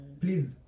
please